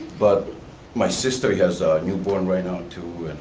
but my sister has a newborn right now, too. and